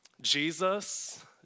Jesus